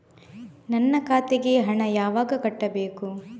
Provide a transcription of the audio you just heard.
ನನ್ನ ಖಾತೆಗೆ ಹಣ ಯಾವಾಗ ಕಟ್ಟಬೇಕು?